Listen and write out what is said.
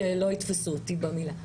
שלא יתפסו אותי במילה.